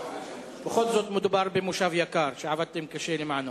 בכל זאת, מדובר במושב יקר שעבדתם קשה למענו.